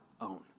own